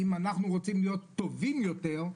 אם אנחנו רוצים להיות טובים יותר,